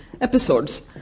episodes